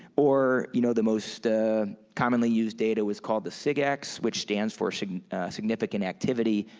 or you know the most ah commonly used data was called the sigacts, which stands for significant activity,